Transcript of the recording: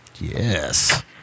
Yes